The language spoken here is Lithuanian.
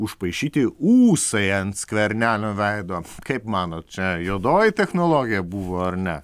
užpaišyti ūsai ant skvernelio veido kaip manot čia juodoji technologija buvo ar ne